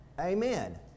Amen